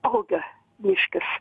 auga miškas